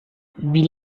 wie